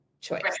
choice